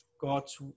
God's